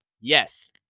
Yes